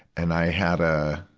and i had a,